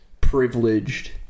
privileged